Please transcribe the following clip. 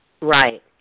Right